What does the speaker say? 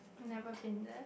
never been there